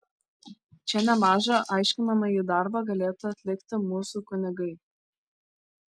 čia nemažą aiškinamąjį darbą galėtų atlikti mūsų kunigai